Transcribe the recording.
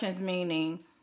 meaning